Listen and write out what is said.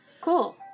Cool